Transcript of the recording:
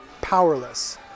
powerless